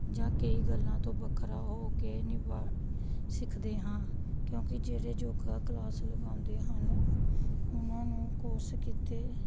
ਜਾਂ ਕਈ ਗੱਲਾਂ ਤੋਂ ਵੱਖਰਾ ਹੋ ਕੇ ਨਿਬਾ ਸਿੱਖਦੇ ਹਾਂ ਕਿਉਂਕਿ ਜਿਹੜੇ ਯੋਗਾ ਕਲਾਸ ਲਗਾਉਂਦੇ ਹਨ ਉਹਨਾਂ ਨੂੰ ਕੋਰਸ ਕੀਤੇ